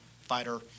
fighter